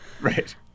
Right